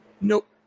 Nope